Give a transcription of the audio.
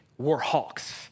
Warhawks